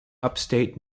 upstate